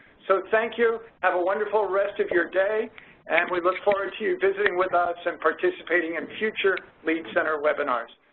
so thank you. have a wonderful rest of your day and we look forward to you visiting with us and participating in and future lead center webinars.